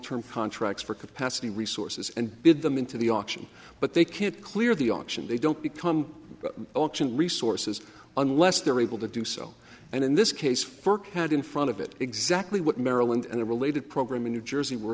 term contracts for capacity resources and bid them into the auction but they can't clear the auction they don't become auction resources unless they're able to do so and in this case fork out in front of it exactly what maryland and the related program in new jersey were